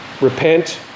repent